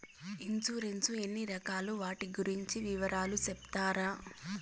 Insurance ఎన్ని రకాలు వాటి గురించి వివరాలు సెప్తారా?